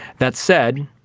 that said,